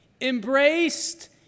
embraced